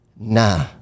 Nah